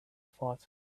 thought